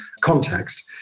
context